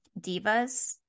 divas